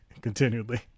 continually